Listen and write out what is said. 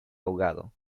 ahogado